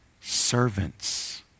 Servants